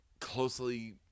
closely